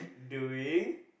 doing